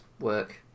work